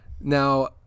Now